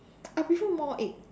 I prefer more egg